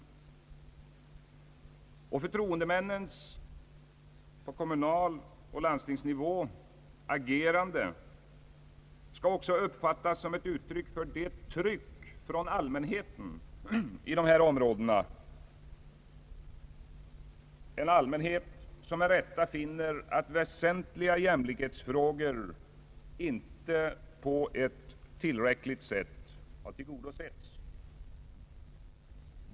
Agerandet från förtroendemännen på kommunaloch landstingsnivå skall också uppfattas som ett utslag av trycket från allmänheten i dessa områden, en allmänhet som med rätta finner att väsentliga jämlikhetsfrågor inte tillräckligt har tillgodosetts.